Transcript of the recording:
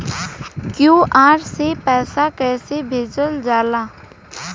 QR से पैसा कैसे भेजल जाला?